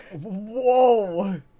Whoa